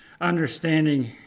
understanding